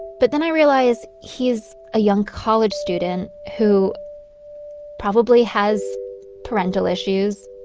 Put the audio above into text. but then i realize he's a young college student who probably has parental issues,